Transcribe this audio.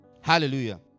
Hallelujah